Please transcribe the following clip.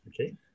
Okay